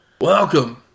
Welcome